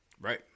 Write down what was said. right